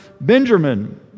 Benjamin